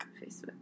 Facebook